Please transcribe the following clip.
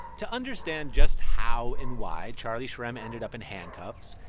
to understand just how and why charlie shrem ended up in handcuffs,